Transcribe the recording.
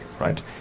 right